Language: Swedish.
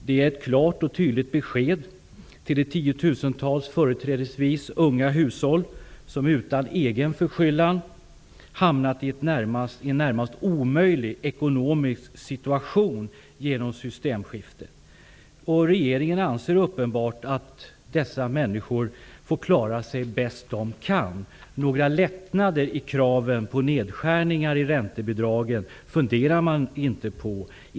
Det är ett klart och tydligt besked till de tiotusentals företrädesvis unga hushåll som utan egen förskyllan hamnat i en närmast omöjlig ekonomisk situation genom systemskiftet. Regeringen anser uppenbarligen att dessa människor får klara sig bäst de kan. Några lättnader i kraven på nedskärningar i räntebidragen funderar man inte på.